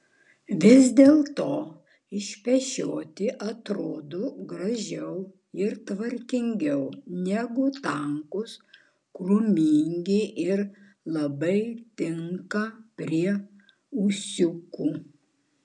vis dėlto išpešioti atrodo gražiau ir tvarkingiau negu tankūs krūmingi ir labai tinka prie ūsiukų